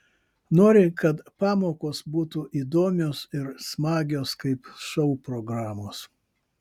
nori kad pamokos būtų įdomios ir smagios kaip šou programos